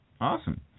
Awesome